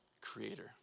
creator